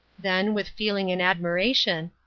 then, with feeling and admiration,